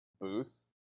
booth